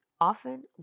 often